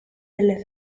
delle